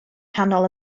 nghanol